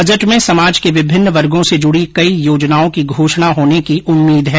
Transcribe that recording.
budget में समाज के विभिन्न वर्गो से जुड़ी कई योजनाओं की घोषणा होने की उम्मीद है